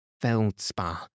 feldspar